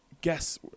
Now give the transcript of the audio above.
guess